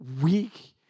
weak